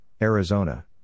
Arizona